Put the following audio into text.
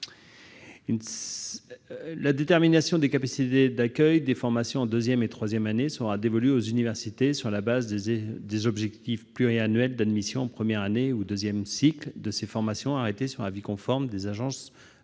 La détermination des capacités d'accueil des formations en deuxième et troisième années sera dévolue aux universités sur la base des objectifs pluriannuels d'admission en première année du deuxième cycle de ces formations arrêtés sur avis conforme des agences régionales